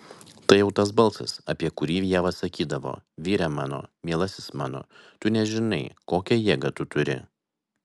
tai jau tas balsas apie kurį ieva sakydavo vyre mano mielasis mano tu nežinai kokią jėgą turi